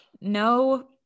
no